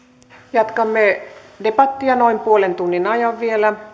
jatkamme debattia noin puolen tunnin ajan vielä